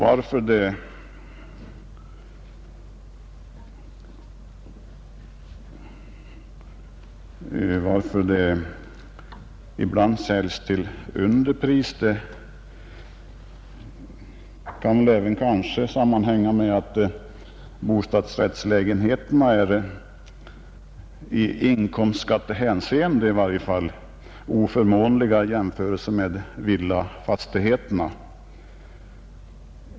Att lägenheterna ibland säljs till underpris kan kanske sammanhänga med att bostadsrättslägenheterna i varje fall i inkomstskattehänseende är oförmånligare än villafastigheterna.